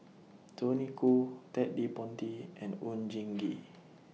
Tony Khoo Ted De Ponti and Oon Jin Gee